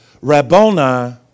Rabboni